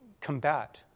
combat